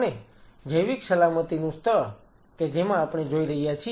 અને જૈવિક સલામતી નું સ્તર કે જેમાં આપણે જોઈ રહ્યા છીએ